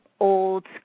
Old